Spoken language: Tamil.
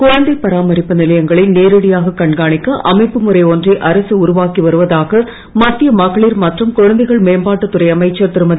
குழந்தை பராமரிப்பு நிலையங்களை நேரடியாகக் கண்காணிக்க அமைப்புமுறை ஒன்றை அரசு உருவாக்கி வருவதாக மத்திய மகளிர் மற்றும் குழந்தைகள் மேம்பாட்டுத் துறை அமைச்சர் திருமதி